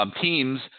teams